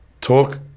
talk